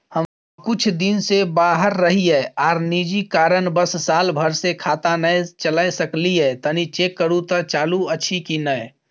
हम कुछ दिन से बाहर रहिये आर निजी कारणवश साल भर से खाता नय चले सकलियै तनि चेक करू त चालू अछि कि नय?